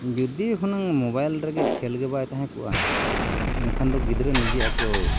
ᱡᱩᱫᱤ ᱦᱩᱱᱟᱹᱜ ᱢᱳᱵᱟᱭᱤᱞ ᱨᱮᱜᱮ ᱠᱷᱮᱞ ᱜᱮ ᱵᱟᱭ ᱛᱟᱦᱮᱸ ᱠᱚᱜᱼᱟ ᱮᱱᱠᱷᱟᱱ ᱫᱚ ᱜᱤᱫᱽᱨᱟᱹ ᱱᱤᱡᱮ ᱟᱠᱚ